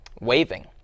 Waving